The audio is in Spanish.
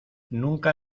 nunca